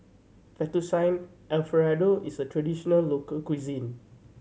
Fettuccine Alfredo is a traditional local cuisine